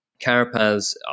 Carapaz